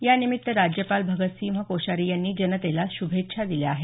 यानिमित्त राज्यपाल भगतसिंह कोश्यारी यांनी जनतेला शुभेच्छा दिल्या आहेत